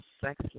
Sex